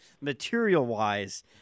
material-wise